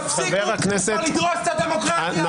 חבר הכנסת בליאק,